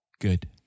Good